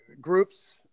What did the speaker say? Groups